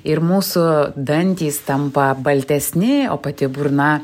ir mūsų dantys tampa baltesni o pati burna